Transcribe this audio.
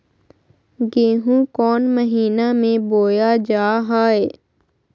गेहूँ कौन महीना में बोया जा हाय?